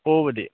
ꯍꯣꯕꯗꯤ